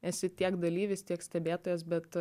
esi tiek dalyvis tiek stebėtojas bet